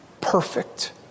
Perfect